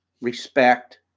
respect